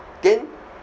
then